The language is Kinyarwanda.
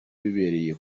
bibereye